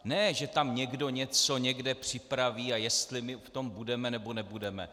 Ne že tam někdo něco někde připraví, a jestli my v tom budeme, nebo nebudeme.